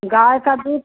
गाय का दूध